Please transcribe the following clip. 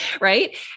Right